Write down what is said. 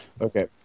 Okay